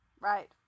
Right